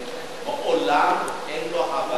לעולם אין לו הבנה,